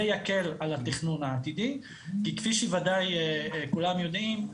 זה יקל על התכנון העתידי כי כפי שוודאי כולם יודעים,